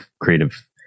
creative